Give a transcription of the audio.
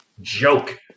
joke